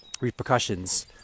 repercussions